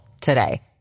today